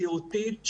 זהותית,